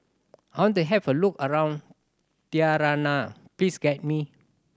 I want to have a look around Tirana please guide me